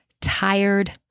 tired